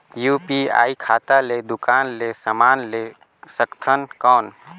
UPI खाता ले दुकान ले समान ले सकथन कौन?